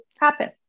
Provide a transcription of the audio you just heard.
happen